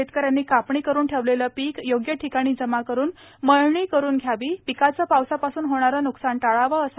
शेतकऱ्यांनी कापणी करून ठेवलेले पीक योग्य ठिकाणी जमा करून मळणी करून घ्यावी पिकाचे पावसापासून होणारे न्कसान टाळावे